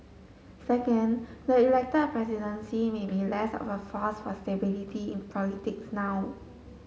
second the elected presidency may be less of a force for stability in politics now